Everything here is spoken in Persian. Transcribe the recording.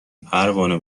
پروانه